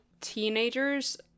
Teenagers